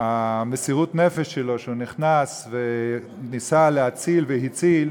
מסירות הנפש שלו, שהוא נכנס וניסה להציל, והציל,